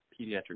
Pediatric